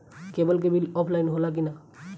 Cable के bill offline होला कि ना?